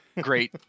great